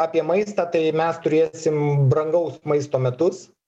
apie maistą tai mes turėsim brangaus maisto metus